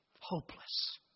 Hopeless